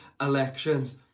elections